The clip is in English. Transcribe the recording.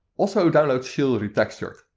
also download shale retextured.